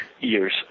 years